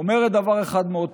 אומרת דבר אחד מאוד פשוט: